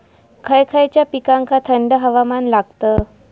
खय खयच्या पिकांका थंड हवामान लागतं?